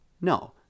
No